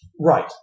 Right